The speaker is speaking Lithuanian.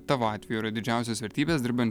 tavo atveju yra didžiausios vertybės dirbant